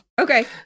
okay